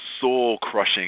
soul-crushing